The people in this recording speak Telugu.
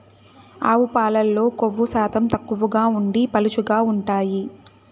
ఆవు పాలల్లో కొవ్వు శాతం తక్కువగా ఉండి పలుచగా ఉంటాయి